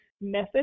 method